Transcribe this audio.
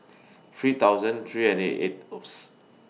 three thousand three and thirty eighth